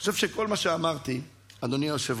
אני חושב שכל מה שאמרתי, אדוני היושב-ראש,